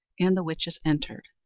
and the witches entered,